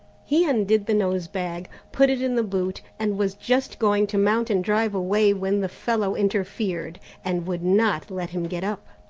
he undid the nose-bag, put it in the boot, and was just going to mount and drive away, when the fellow interfered, and would not let him get up.